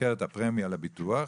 הפרמיה לביטוח,